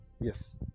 Yes